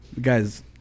Guys